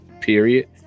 period